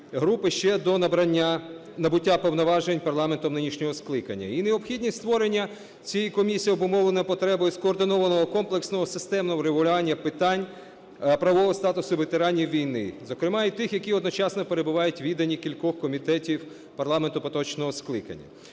групи ще до набуття повноважень парламентом нинішнього скликання. І необхідність створення цієї комісії обумовлена потребою скоординованого комплексного системного врегулювання питань правового статусу ветеранів війни, зокрема і тих, які одночасно перебувають у віданні кількох комітетів парламенту поточного скликання.